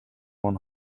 one